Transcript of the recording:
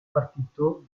partito